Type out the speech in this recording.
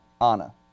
Anna